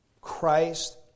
Christ